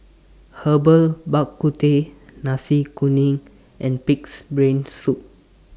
Herbal Bak Ku Teh Nasi Kuning and Pig'S Brain Soup